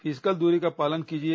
physical दूरी का पालन कीजिए